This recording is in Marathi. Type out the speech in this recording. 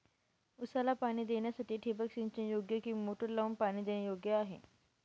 ऊसाला पाणी देण्यासाठी ठिबक सिंचन योग्य कि मोटर लावून पाणी देणे योग्य आहे?